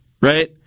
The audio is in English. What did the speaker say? right